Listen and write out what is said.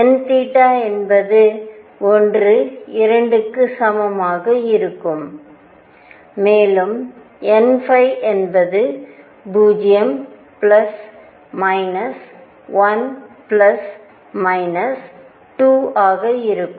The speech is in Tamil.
n என்பது 1 2 க்கு சமமாக இருக்கும் மேலும் nஎன்பது 0 பிளஸ் மைனஸ் 1 பிளஸ் மைனஸ் 2 ஆக இருக்கும்